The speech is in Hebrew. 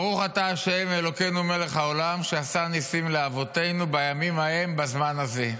ברוך אתה ה' אלוקינו מלך העולם שעשה ניסים לאבותינו בימים ההם בזמן הזה.